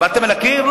דיברתם אל הקיר?